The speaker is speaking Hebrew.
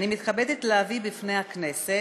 אני מתכבדת להביא בפני הכנסת,